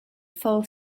fell